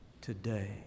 today